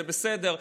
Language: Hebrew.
זה בסדר.